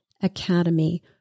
Academy